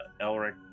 Elric